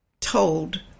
told